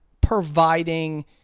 providing